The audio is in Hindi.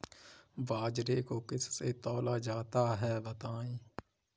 बाजरे को किससे तौला जाता है बताएँ?